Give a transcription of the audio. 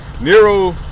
Nero